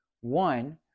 One